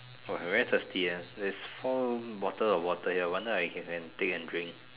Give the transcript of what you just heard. oh I very thirsty ah there's four bottle of water here wonder I can if I can take and drink